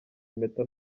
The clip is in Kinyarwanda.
impeta